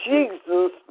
Jesus